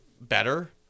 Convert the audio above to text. better